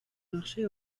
marché